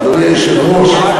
אדוני היושב-ראש,